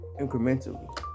incrementally